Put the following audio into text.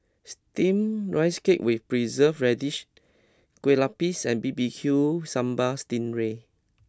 Steam Rice Cake with Preserved Radish Kueh Lapis and B B Q Sambal Sting Ray